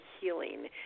healing